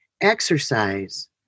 Exercise